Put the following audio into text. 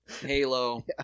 Halo